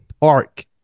park